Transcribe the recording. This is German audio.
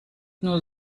nur